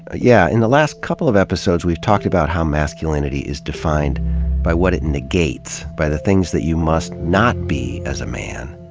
ah yeah. in the last couple of episodes we've talked about how masculinity is defined by what it negates, by the things that you must not be, as a man.